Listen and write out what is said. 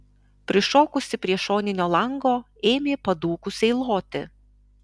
prišokusi prie šoninio lango ėmė padūkusiai loti